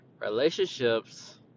relationships